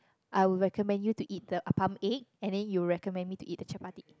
I will recommend you to eat the appam egg and then you will recommend me to eat the chapati